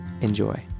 Enjoy